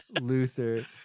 Luther